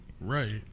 Right